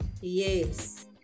Yes